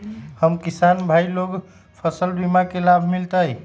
हम किसान भाई लोग फसल बीमा के लाभ मिलतई?